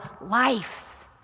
life